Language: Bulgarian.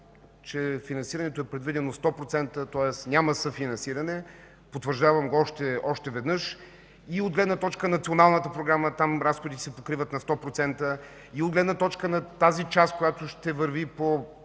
че финансирането е предвидено 100%, тоест че няма съфинансиране – потвърждавам го още веднъж – и от гледна точка на националната програма (там разходите се покриват на 100%), и от гледна точка на тази част, която ще върви по